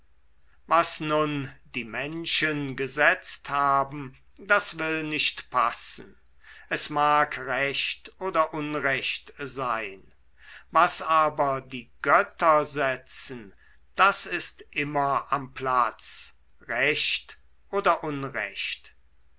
was nun die menschen gesetzt haben das will nicht passen es mag recht oder unrecht sein was aber die götter setzen das ist immer am platz recht oder unrecht